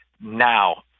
now